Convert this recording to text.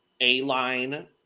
a-line